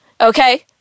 okay